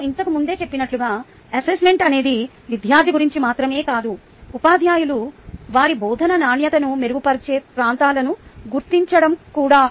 నేను ఇంతకు ముందే చెప్పినట్లుగా అసెస్మెంట్ అనేది విద్యార్థి గురించి మాత్రమే కాదు ఉపాధ్యాయులు వారి బోధనా నాణ్యతను మెరుగుపరిచే ప్రాంతాలను గుర్తించడం కూడా